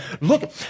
Look